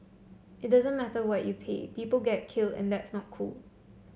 it doesn't matter what you pay people get killed and that's not cool